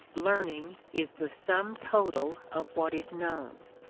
learning is the sum total of what is known,